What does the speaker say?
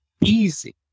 easy